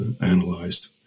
analyzed